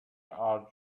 our